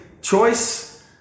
choice